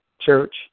Church